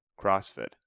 CrossFit